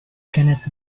cannot